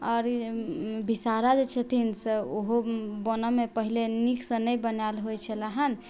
आओर विषहरा जे छथिन से उहो बनैमे पहिले नीकसँ नहि बनायल होइ छलाहन